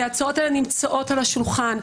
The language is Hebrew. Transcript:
ההצעות האלה נמצאות על השולחן,